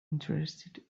interested